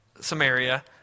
Samaria